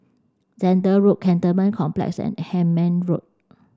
Zehnder Road Cantonment Complex and Hemmant Road